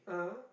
(uh huh)